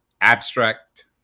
abstract